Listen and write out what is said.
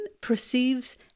perceives